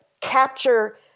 capture